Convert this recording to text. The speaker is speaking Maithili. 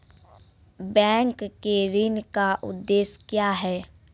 बैंक के ऋण का उद्देश्य क्या हैं?